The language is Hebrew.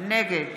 נגד